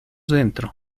dentro